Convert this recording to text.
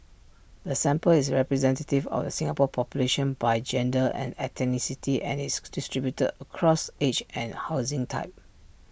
the sample is representative of the Singapore population by gender and ethnicity and is distributed across age and housing type